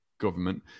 government